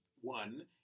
one